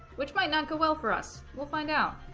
which might not go well for us we'll find out